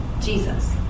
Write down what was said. Jesus